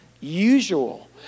usual